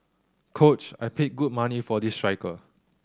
coach I paid good money for this striker